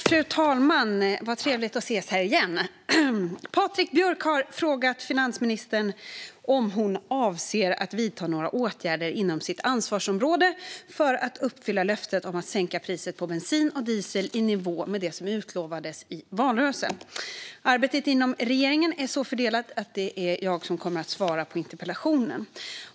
Fru talman! Vad trevligt att ses här igen! Patrik Björck har frågat finansministern om hon avser att vidta några åtgärder inom sitt ansvarsområde för att uppfylla löftet om att sänka priset på bensin och diesel i nivå med det som utlovades i valrörelsen. Arbetet inom regeringen är så fördelat att det är jag som ska svara på interpellationen.